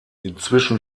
inzwischen